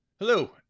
Hello